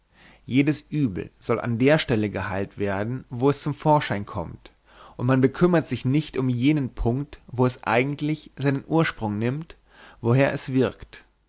jedes übel soll an der stelle geheilt werden wo es zum vorschein kommt und man bekümmert sich nicht um jenen punkt wo es eigentlich seinen ursprung nimmt woher es wirkt